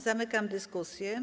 Zamykam dyskusję.